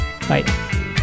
Bye